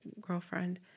girlfriend